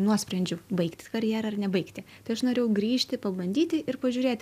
nuosprendžiu baigti karjerą ar nebaigti tai aš norėjau grįžti pabandyti ir pažiūrėti